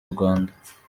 rwanda